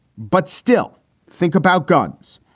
but still think about guns.